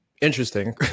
interesting